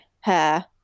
hair